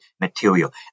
material